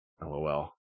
LOL